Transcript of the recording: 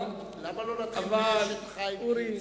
למה לא נתחיל מ"אשת חיל מי ימצא"?